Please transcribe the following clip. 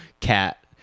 cat